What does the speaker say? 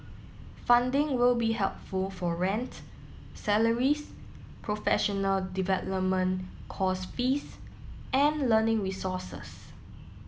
funding will be helpful for rent salaries professional development course fees and learning resources